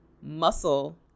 muscle